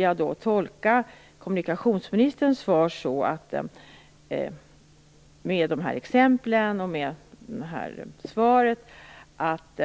Jag tolkar kommunikationsministerns svar med dessa exempel så att